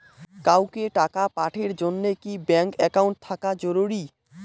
কাউকে টাকা পাঠের জন্যে কি ব্যাংক একাউন্ট থাকা জরুরি?